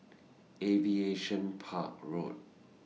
Aviation Park Road